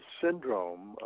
syndrome